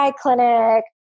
clinic